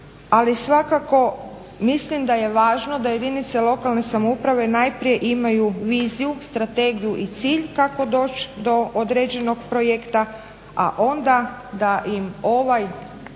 ali svakako mislim da je važno da jedinice lokalne samouprave najprije imaju viziju, strategiju i cilj kako doći do određenog projekta, a onda da im ovaj